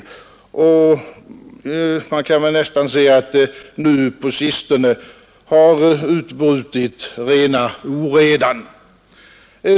Man kan väl nästan säga att det nu på sistone har utbrutit rena oredan.